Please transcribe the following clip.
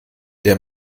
der